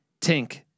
Tink